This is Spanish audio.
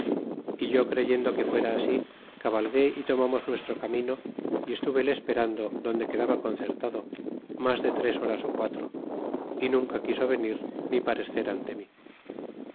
y yo creyendo que fuera así cabalgué y tomamos nuestro camino y estrivele esperando donde quedaba coticenlado mas de tres e quatro horas y nunca quiso venir ni parescer ante mi